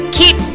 keep